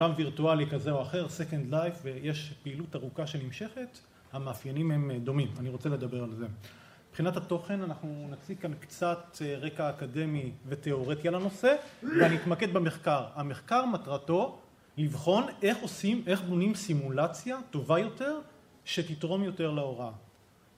פעם וירטואלי כזה או אחר, סקנד לייף, ויש פעילות ארוכה שנמשכת, המאפיינים הם דומים, אני רוצה לדבר על זה. מבחינת התוכן, אנחנו נציג כאן קצת רקע אקדמי ותיאורטי על הנושא, ואני אתמקד במחקר. המחקר מטרתו לבחון איך עושים, איך בונים סימולציה טובה יותר, שתתרום יותר להוראה.